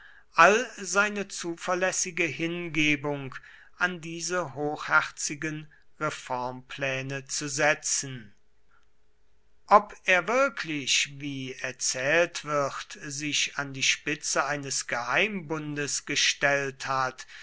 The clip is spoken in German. all seine zuverlässige hingebung an diese hochherzigen reformpläne zu setzen ober wirklich wie erzählt wird sich an die spitze eines geheimbundes gestellt hat